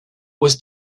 was